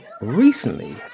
recently